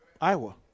Iowa